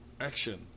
Action